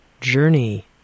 journey